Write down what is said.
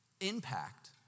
impact